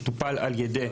במילים: "שטופל על ידי".